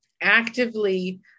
actively